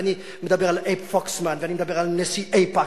ואני מדבר על אייב פוקסמן ואני מדבר על נשיא איפא"ק,